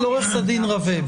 רווה,